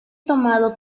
tomado